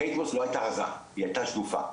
קיית מוס לא הייתה רזה, היא הייתה שדופה.